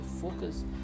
focus